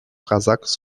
casacos